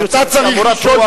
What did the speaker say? ואני רוצה להביע מורת רוח,